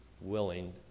willing